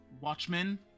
watchmen